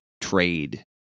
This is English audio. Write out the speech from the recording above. trade